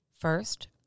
First